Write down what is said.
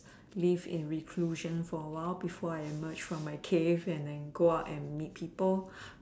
live in reclusion for a while before I emerge from my cave and then go out and meet people